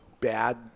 bad